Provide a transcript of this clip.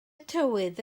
tywydd